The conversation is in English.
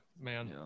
man